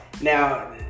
Now